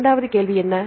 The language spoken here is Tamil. இரண்டாவது கேள்வி என்ன